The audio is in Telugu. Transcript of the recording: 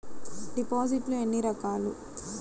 డిపాజిట్లు ఎన్ని రకాలు?